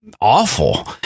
awful